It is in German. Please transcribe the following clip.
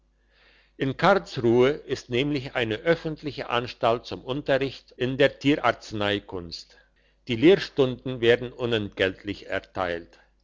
in karlsruhe ist nämlich eine öffentliche anstalt zum unterricht in der tierarzneikunst die lehrstunden werden unentgeltlich erteilt